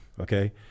okay